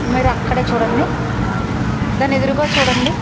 మీరు అక్కడే చూడండి దాని ఎదురుగా చూడండి